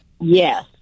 Yes